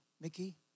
Mickey